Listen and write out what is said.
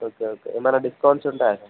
okay okay ఏమైనా discounts ఉంటాయా